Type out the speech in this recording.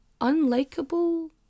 unlikable